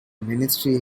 ministry